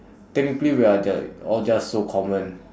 technically we are ju~ all just so common